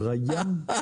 אלו